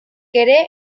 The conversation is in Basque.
ere